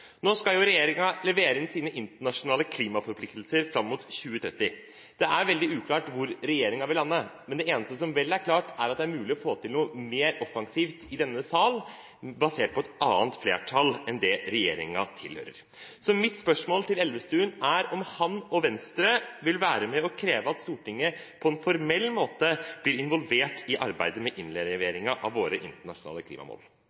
Nå skal regjeringen legge fram sine internasjonale klimaforpliktelser fram mot 2030. Det er veldig uklart hvor regjeringen vil lande. Det eneste som vel er klart, er at det er mulig å få til noe mer offensivt i denne sal basert på et annet flertall enn det regjeringen tilhører. Så mitt spørsmål til Elvestuen er om han og Venstre vil være med og kreve at Stortinget på en formell måte blir involvert i arbeidet med innleveringen av våre internasjonale klimamål.